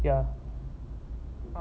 yeah